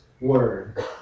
Word